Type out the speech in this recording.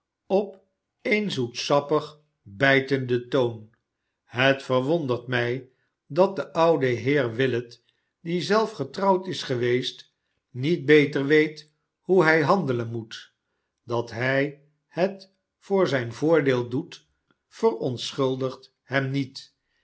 op een zoetsappig bijtenden toon hetverwondert mij dat de oude heer willet die zelf getrouwd is geweest niet beter weet hoe hij handelen moet dat hij het voor zijn voordeel doet verontschuldigt hem niet